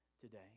today